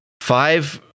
Five